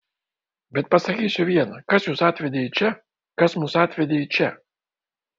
bet pasakysiu viena kas jus atvedė į čia kas mus atvedė į čia